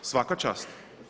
Svaka čast.